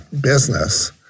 business